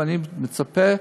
ואני מצפה,